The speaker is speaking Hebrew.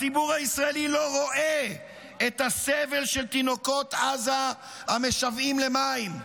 הציבור הישראלי לא רואה את הסבל של תינוקות עזה המשוועים למים,